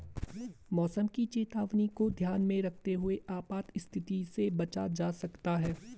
मौसम की चेतावनी को ध्यान में रखते हुए आपात स्थिति से बचा जा सकता है